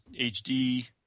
HD